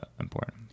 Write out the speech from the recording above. important